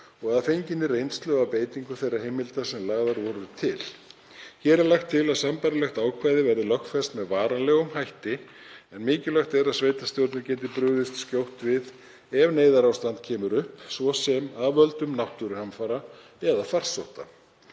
og að fenginni reynslu af beitingu þeirra heimilda sem lagðar voru til. Hér er lagt til að sambærilegt ákvæði verði lögfest með varanlegum hætti en mikilvægt er að sveitarstjórnir geti brugðist skjótt við ef neyðarástand kemur upp, svo sem af völdum náttúruhamfara eða farsótta.